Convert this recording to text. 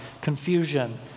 confusion